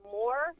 more